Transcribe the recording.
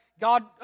God